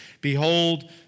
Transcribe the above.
Behold